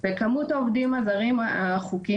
כי באמת יש הבדלים בין ההיצע לביקוש.